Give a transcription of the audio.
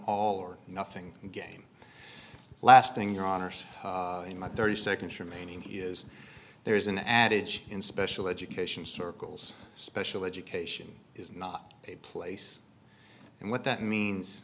all or nothing and game last thing your honors in my thirty seconds remaining he is there is an adage in special education circles special education is not a place and what that means